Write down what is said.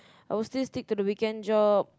I will still stick to the weekend job